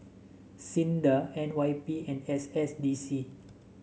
SINDA N Y P and S S D C